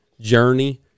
journey